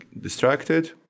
distracted